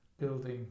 building